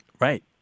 Right